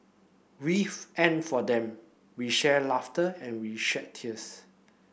with and for them we shared laughter and we shed tears